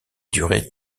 durée